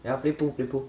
yeah play pool play pool